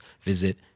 visit